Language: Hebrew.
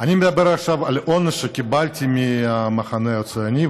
אני מדבר עכשיו על העונש שקיבלתי מהמחנה הציוני.